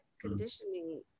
conditioning